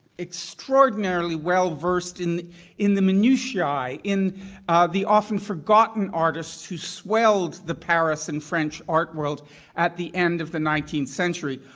extraordinarily well versed in in the minutiae, in the often-forgotten artists who swelled the paris and french art world at the end of the nineteenth century.